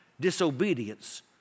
disobedience